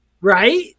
Right